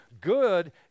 Good